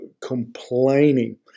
complaining